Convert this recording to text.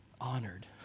honored